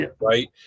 right